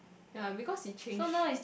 ya because he change